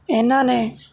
ਇਹਨਾਂ ਨੇ